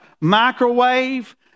Microwave